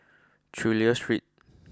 Chulia Street